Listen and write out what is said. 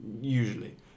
usually